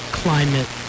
climate